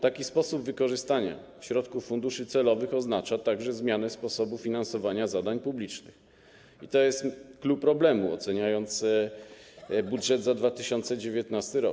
Taki sposób wykorzystania środków funduszy celowych oznacza także zmianę sposobu finansowania zadań publicznych i to jest clou problemu, jeśli poddamy ocenie budżet za 2019 r.